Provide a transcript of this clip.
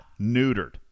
neutered